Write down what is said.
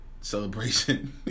celebration